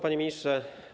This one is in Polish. Panie Ministrze!